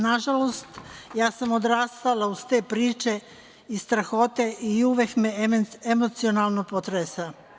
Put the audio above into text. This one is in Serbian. Nažalost, ja sam odrastala uz te priče i strahote i uvek me emocionalno potresa.